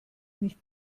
nicht